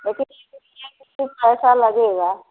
कुछ तो पैसा लगेगा